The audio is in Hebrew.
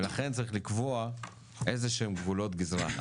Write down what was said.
לכן צריך לקבוע איזה שהם גבולות גיזרה.